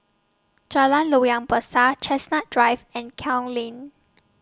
Jalan Loyang Besar Chestnut Drive and Klang Lane